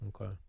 Okay